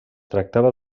tractava